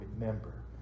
remember